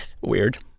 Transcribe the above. Weird